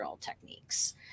techniques